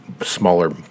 smaller